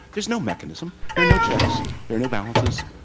there's no mechanism. there are no checks. there are no balances.